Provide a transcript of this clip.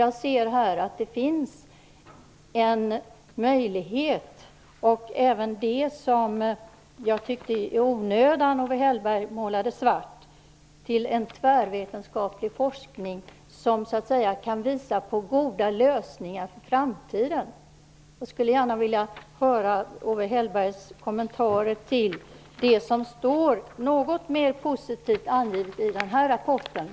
Jag ser här en möjlighet till en tvärvetenskaplig forskning som kan visa på goda lösningar inför framtiden, vilket jag tyckte att Owe Hellberg svartmålade i onödan. Jag skulle gärna vilja höra Owe Hellbergs kommentarer till det som står något mer positivt angivet i den här rapporten.